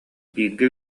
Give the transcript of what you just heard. бииргэ